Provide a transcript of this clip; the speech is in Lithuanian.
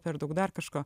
per daug dar kažko